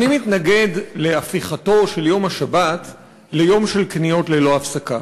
אני מתנגד להפיכתו של יום השבת ליום של קניות ללא הפסקה.